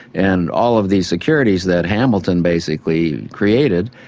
and all of these securities that hamilton basically created,